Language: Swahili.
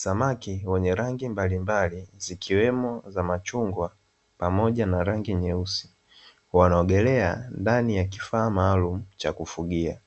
Samaki wenye rangi mbalimbali, zikiwemo za machungwa, pamoja na rangi nyeusi, wanaogelea ndani ya kifaa maalumu cha kufugia,